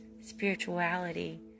spirituality